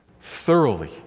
thoroughly